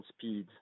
speed